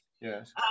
Yes